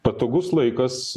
patogus laikas